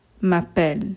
m'appelle